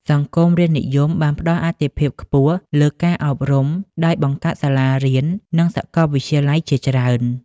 សង្គមរាស្រ្តនិយមបានផ្តល់អាទិភាពខ្ពស់លើការអប់រំ ដោយបង្កើតសាលារៀន និងសាកលវិទ្យាល័យជាច្រើន។